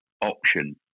option